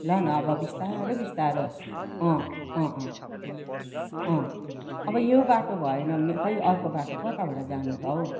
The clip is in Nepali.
ल न अब बिस्तारो बिस्तारो अँ अँ अँ अँ अब यो बाटो भएन भने खोइ अर्को बाटो कताबाट जानु त हौ